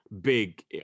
big